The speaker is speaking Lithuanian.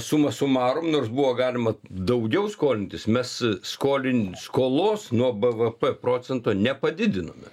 suma sumarum nors buvo galima daugiau skolintis mes skolin skolos nuo bvp procento nepadidinome